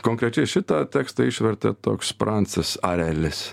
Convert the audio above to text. konkrečiai šitą tekstą išvertė toks šprancas arelis